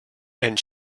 and